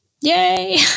Yay